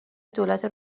دولت